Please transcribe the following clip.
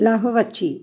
ला हो बच्ची